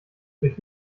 durch